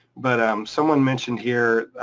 but someone mentioned here,